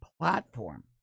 platform